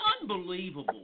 unbelievable